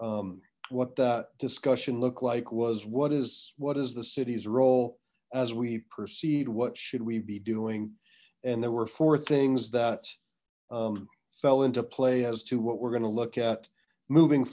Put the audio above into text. what that discussion looked like was what is what is the city's role as we proceed what should we be doing and there were four things that fell into play as to what we're going to look at moving